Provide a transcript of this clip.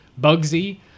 Bugsy